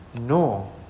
no